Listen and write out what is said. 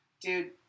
dude